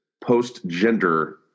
post-gender